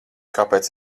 kāpēc